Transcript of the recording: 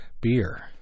beer